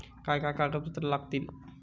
काय काय कागदपत्रा लागतील?